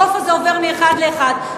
הקוף הזה עובר מאחד לאחד,